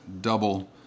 double